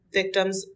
victims